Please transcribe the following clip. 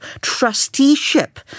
trusteeship